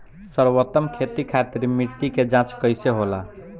सर्वोत्तम खेती खातिर मिट्टी के जाँच कइसे होला?